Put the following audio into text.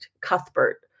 Cuthbert